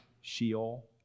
Sheol